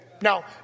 Now